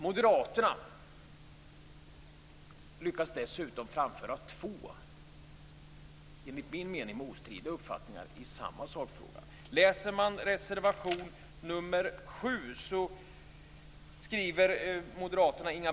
Moderaterna lyckas dessutom framföra två enligt min mening motstridiga uppfattningar i samma sakfråga.